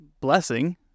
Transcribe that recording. blessing